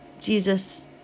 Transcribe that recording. Jesus